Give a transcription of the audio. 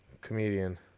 comedian